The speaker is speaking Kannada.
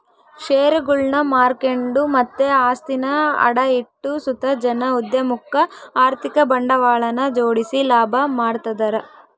ಷೇರುಗುಳ್ನ ಮಾರ್ಕೆಂಡು ಮತ್ತೆ ಆಸ್ತಿನ ಅಡ ಇಟ್ಟು ಸುತ ಜನ ಉದ್ಯಮುಕ್ಕ ಆರ್ಥಿಕ ಬಂಡವಾಳನ ಜೋಡಿಸಿ ಲಾಭ ಮಾಡ್ತದರ